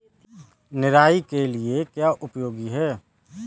निराई के लिए क्या उपयोगी है?